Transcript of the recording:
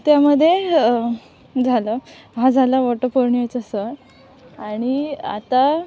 त्यामध्ये झालं हा झाला वटपौर्णिमेचा सण आणि आता